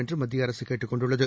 என்றுமத்தியஅரசுகேட்டுக் கொண்டுள்ளது